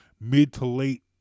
mid-to-late